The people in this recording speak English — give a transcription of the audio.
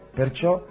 perciò